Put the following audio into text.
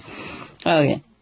Okay